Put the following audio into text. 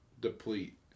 deplete